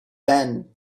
then